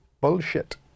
bullshit